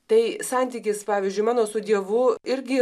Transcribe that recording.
tai santykis pavyzdžiui mano su dievu irgi